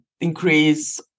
increase